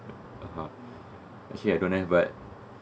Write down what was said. (uh huh) actually I don't have but